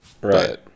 right